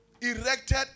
erected